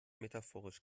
metaphorisch